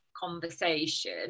conversation